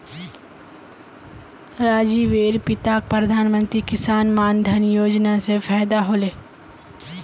राजीवेर पिताक प्रधानमंत्री किसान मान धन योजना स फायदा ह ले